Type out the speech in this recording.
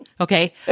Okay